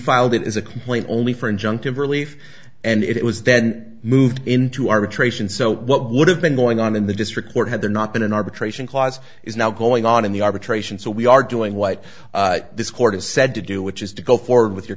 filed it is a complaint only for injunctive relief and it was then moved into arbitration so what would have been going on in the district court had there not been an arbitration clause is now going on in the arbitration so we are doing what this court has said to do which is to go forward with your